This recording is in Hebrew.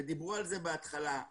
ודיברו על זה בהתחלה.